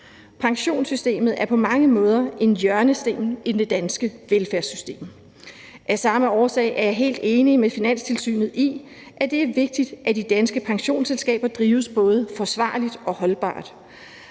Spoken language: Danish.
Pensionssystemet er på mange måder en hjørnesten i det danske velfærdssystem. Af samme årsag er jeg helt enig med Finanstilsynet i, at det er vigtigt, at de danske pensionsselskaber drives både forsvarligt og holdbart.